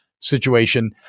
situation